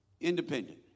Independent